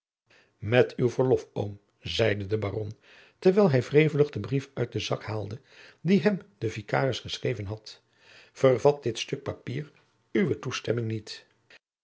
met uw verlof oom zeide de baron terwijl hij wrevelig den brief uit den zak haalde dien hem de vikaris geschreven had vervat dit stuk papier uwe toestemming niet